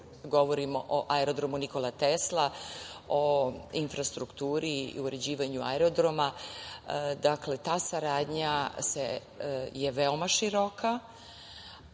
govorimo o aerodromu „Nikola Tesla“, o infrastrukturi i uređivanju aerodroma, ta saradnja je veoma široka